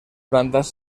plantas